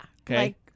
Okay